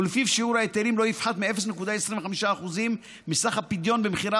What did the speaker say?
ולפיו שיעור ההיטלים לא יפחת מ-0.25% מסך הפדיון במכירה